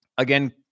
again